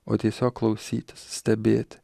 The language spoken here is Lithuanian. o tiesiog klausytis stebėti